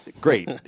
Great